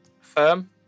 firm